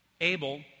Abel